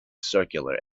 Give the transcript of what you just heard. circular